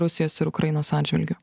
rusijos ir ukrainos atžvilgiu